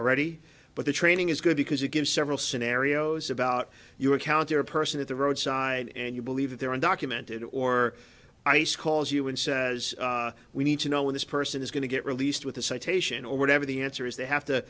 already but the training is good because you give several scenarios about your county or a person at the roadside and you believe that there are undocumented or ice calls you and says we need to know where this person is going to get released with a citation or whatever the answer is they have to